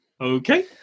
Okay